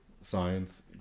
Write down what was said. science